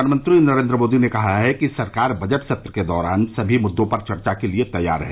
प्रधानमंत्री नरेंद्र मोदी ने कहा है कि सरकार बजट सत्र के दौरान सभी मुद्दों पर चर्चा के लिए तैयार है